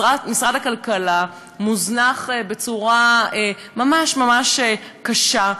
משרד הכלכלה מוזנח בצורה ממש ממש קשה,